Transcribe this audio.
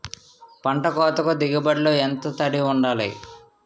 పంట కోతకు దిగుబడి లో ఎంత తడి వుండాలి?